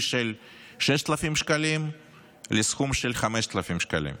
של 6,000 שקלים לסכום של 5,000 שקלים.